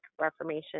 Reformation